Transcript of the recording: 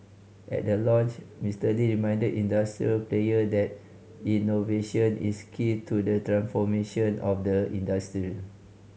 at the launch Mister Lee reminded industry players that innovation is key to the transformation of the industry